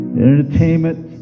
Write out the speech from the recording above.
entertainment